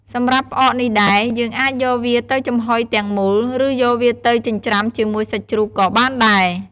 សម្រាប់ផ្អកនេះដែរ យើងអាចយកវាទៅចំហុយទាំងមូល ឬ យកវាទៅចិញ្ច្រាំជាមួយសាច់ជ្រូកក៏បានដែរ។